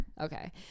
okay